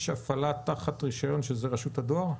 יש הפעלה תחת רישיון שזאת רשות הדואר?